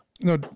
No